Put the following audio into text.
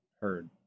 heard